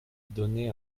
donné